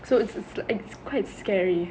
so it's it's quite scary